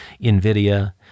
NVIDIA